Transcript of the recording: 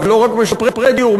לא רק משפרי דיור,